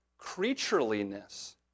creatureliness